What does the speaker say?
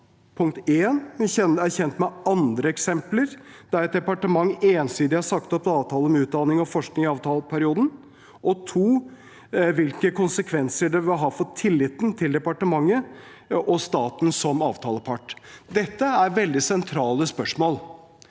punkt én, er kjent med andre eksempler der et departement ensidig har sagt opp en avtale om utdanning og forskning i avtaleperioden, og punkt to, hvilke konsekvenser det vil ha for tilliten til departementet og staten som avtalepart. Dette er veldig sentrale spørsmål.